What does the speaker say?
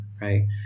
right